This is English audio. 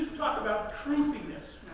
talk about truthiness,